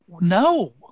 no